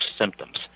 symptoms